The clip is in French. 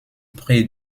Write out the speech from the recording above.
pré